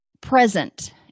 present